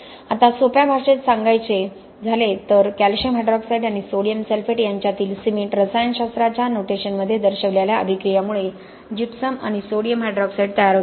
आता सोप्या भाषेत सांगायचे झाले तर कॅल्शियम हायड्रॉक्साईड आणि सोडियम सल्फेट यांच्यातील सिमेंट रसायनशास्त्राच्या नोटेशनमध्ये दर्शविलेल्या अभिक्रियामुळे जिप्सम आणि सोडियम हायड्रॉक्साईड तयार होते